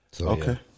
Okay